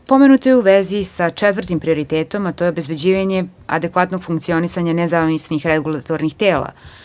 Pomenuto je u vezi sa četvrtim prioritetom, a to je obezbeđivanje adekvatnog funkcionisanja nezavisnih regulatornih tela.